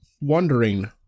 wondering